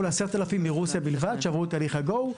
ל-10,000 מרוסיה בלבד שעברו את תהליך ה-GO.